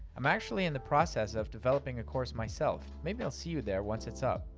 i'm actually in the process of developing a course myself. maybe i'll see you there once it's up.